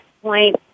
Point